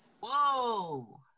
Whoa